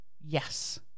Yes